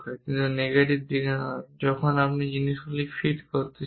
কিন্তু নেগেটিভ দিকে নয় যখন আপনি জিনিসগুলি ফিট করতে চান